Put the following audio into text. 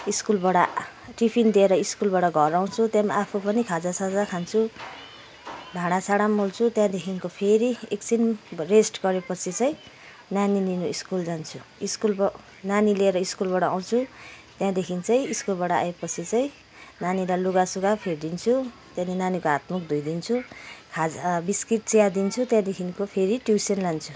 स्कुलबाट टिफिन दिएर स्कुलबाट घर आउँछु त्यहाँदेखि आफू पनि खाजा साजा खान्छु भाँडा साँडा मोल्छु त्यहाँदेखिको फेरि एकछिन रेस्ट गरिपछि चाहिँ नानी लिनु स्कुल जान्छु स्कुलको नानी लिएर स्कुलबाट आउँछु त्यहाँदेखि चाहिँ स्कुलबाट आएपछि चाहिँ नानीलाई लुगा सुगा फेरिदिन्छु त्यहाँदेखि नानीको हात मुख धोइदिन्छु खाजा बिस्किट चिया दिन्छु त्यहाँदेखिको फेरि ट्युसन लान्छु